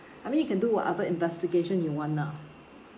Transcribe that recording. I mean you can do whatever investigation you want ah